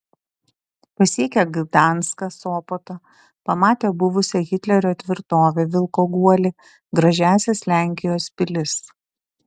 pasiekia gdanską sopotą pamatė buvusią hitlerio tvirtovę vilko guolį gražiąsias lenkijos pilis